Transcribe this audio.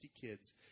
kids